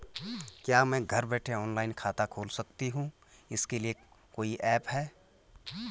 क्या मैं घर बैठे ऑनलाइन खाता खोल सकती हूँ इसके लिए कोई ऐप है?